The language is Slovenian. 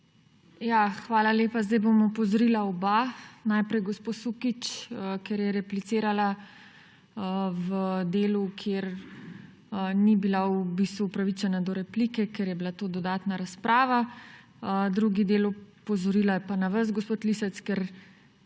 Hvala lepa. Zdaj bom opozorila oba. Najprej gospo Sukič, ker je replicirala v delu, kjer ni bila upravičena do replike, ker je bila to dodatna razprava. Drugi del opozorila je pa za vas, gospod Lisec, ker